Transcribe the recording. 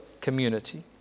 community